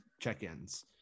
check-ins